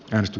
risto